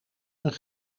hun